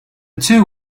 two